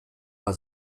war